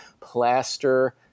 plaster